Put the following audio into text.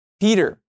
Peter